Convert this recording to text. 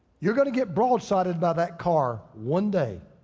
you're gonna get broadsided by that car one day.